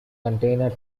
container